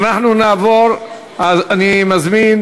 אני מזמין